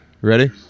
Ready